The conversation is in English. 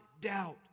doubt